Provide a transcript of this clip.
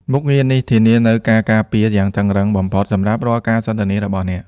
មុខងារនេះធានានូវការការពារយ៉ាងតឹងរ៉ឹងបំផុតសម្រាប់រាល់ការសន្ទនារបស់អ្នក។